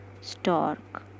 Stork